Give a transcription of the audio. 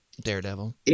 Daredevil